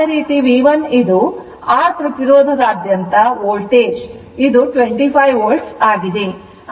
ಅದೇ ರೀತಿ V1 ಇದು R ಪ್ರತಿರೋಧದಾದ್ಯಂತ ವೋಲ್ಟೇಜ್ 25 volt ಆಗಿದೆ